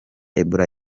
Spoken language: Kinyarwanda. ebola